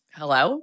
hello